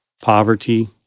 poverty